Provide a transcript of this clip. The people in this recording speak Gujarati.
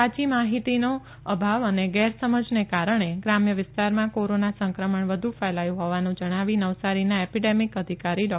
સાયી માહિતીનો અભાવ અને ગેરસમજને કારણે ગ્રામ્ય વિસ્તારમાં કોરોના સંક્રમણ વધુ ફેલાયુ હોવાનું જણાવી નવસારીના એપેડમિક અધિકારી ડૉ